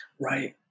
right